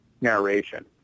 narration